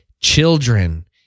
children